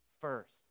first